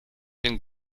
den